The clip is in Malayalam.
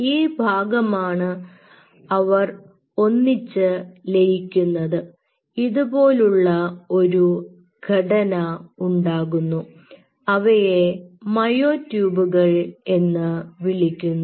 ഈ ഭാഗമാണ് അവർ ഒന്നിച്ച് ലയിക്കുന്നത് ഇതുപോലുള്ള ഒരു ഘടന ഉണ്ടാകുന്നു അവയെ മയോട്യൂബുകൾ എന്ന് വിളിക്കുന്നു